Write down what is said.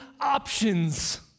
options